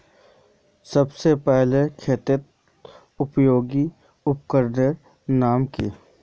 सबसे पहले खेतीत उपयोगी उपकरनेर नाम की?